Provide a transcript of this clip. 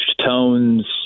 tones